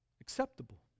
Acceptable